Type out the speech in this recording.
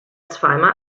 zweimal